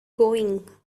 going